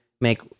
make